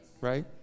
Right